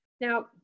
Now